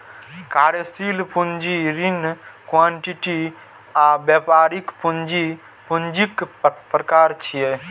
कार्यशील पूंजी, ऋण, इक्विटी आ व्यापारिक पूंजी पूंजीक प्रकार छियै